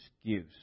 excuse